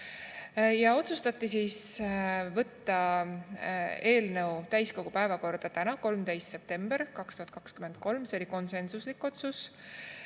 Otsustati võtta eelnõu täiskogu päevakorda tänaseks, 13. septembriks 2023 – see oli konsensuslik otsus